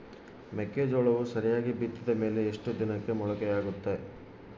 ಮೆಕ್ಕೆಜೋಳವು ಸರಿಯಾಗಿ ಬಿತ್ತಿದ ಮೇಲೆ ಎಷ್ಟು ದಿನಕ್ಕೆ ಮೊಳಕೆಯಾಗುತ್ತೆ?